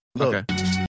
Okay